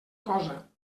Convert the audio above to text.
cosa